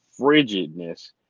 frigidness